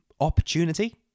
Opportunity